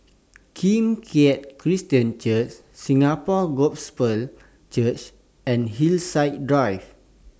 Kim Keat Christian Church Singapore Gospel Church and Hillside Drive